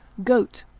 goat.